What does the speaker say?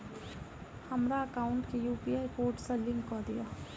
हमरा एकाउंट केँ UPI code सअ लिंक कऽ दिऽ?